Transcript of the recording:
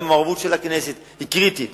והמעורבות של הכנסת היא קריטית.